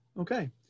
okay